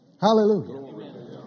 Hallelujah